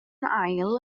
ail